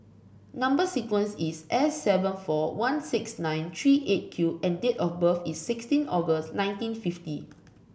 number sequence is S seven four one six nine three Eight Q and date of birth is sixteen August nineteen fifty